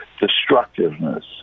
destructiveness